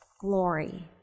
glory